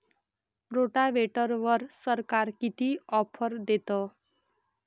रोटावेटरवर सरकार किती ऑफर देतं?